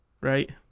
right